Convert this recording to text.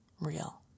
real